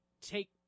take